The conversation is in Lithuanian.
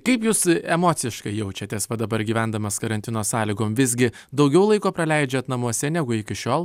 kaip jūs emociškai jaučiatės va dabar gyvendamas karantino sąlygom visgi daugiau laiko praleidžiat namuose negu iki šiol